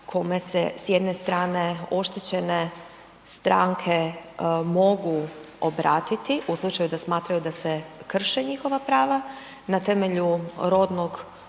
kome se s jedne strane oštećene stranke mogu obratiti u slučaju da smatraju da se krše njihova prava na temelju rodnog,